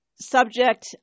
subject